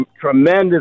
tremendous